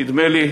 נדמה לי,